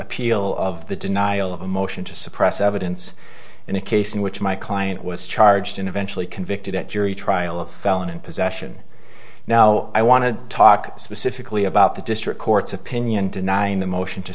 appeal of the denial of a motion to suppress evidence in a case in which my client was charged and eventually convicted at jury trial of felon in possession now i want to talk specifically about the district court's opinion denying the motion to